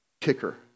kicker